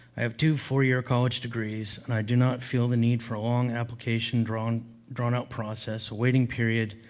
i have two, four year college degrees, and i do not feel the need for a long application drawn drawn-out process, a waiting period,